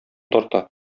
тарта